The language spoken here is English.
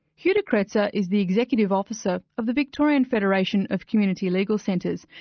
hugh de kretser is the executive officer of the victorian federation of community legal centres,